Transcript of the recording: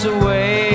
away